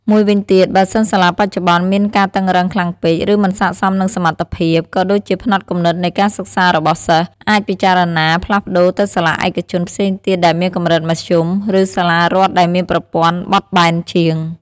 មួយវិញទៀត បើសិនសាលាបច្ចុប្បន្នមានការតឹងរ៉ឹងខ្លាំងពេក ឬមិនស័ក្តិសមនឹងសមត្ថភាព ក៏ដូចជាផ្នត់គំនិតនៃការសិក្សារបស់សិស្ស អាចពិចារណាផ្លាស់ប្តូរទៅសាលាឯកជនផ្សេងទៀតដែលមានកម្រិតមធ្យម ឬសាលារដ្ឋដែលមានប្រព័ន្ធបត់បែនជាង។